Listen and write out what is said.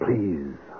Please